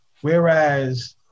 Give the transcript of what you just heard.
Whereas